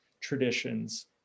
traditions